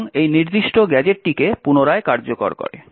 এবং এই নির্দিষ্ট গ্যাজেটটিকে পুনরায় কার্যকর করে